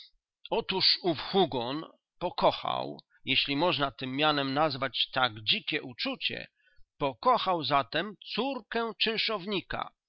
otóż ów hugon pokochał jeśli można tem mianem nazwać tak dzikie uczucie pokochał zatem córkę